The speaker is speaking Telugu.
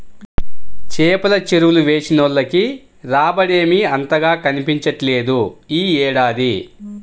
చేపల చెరువులు వేసినోళ్లకి రాబడేమీ అంతగా కనిపించట్లేదు యీ ఏడాది